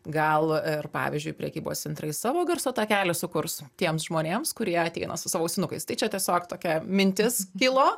gal ir pavyzdžiui prekybos centrai savo garso takelį sukurs tiems žmonėms kurie ateina su savo ausinukais tai čia tiesiog tokia mintis kilo